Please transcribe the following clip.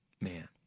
Man